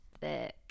thick